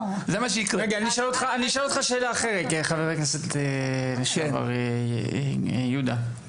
אני אשאל אותך שאלה אחרת, חבר הכנסת לשעבר, יהודה.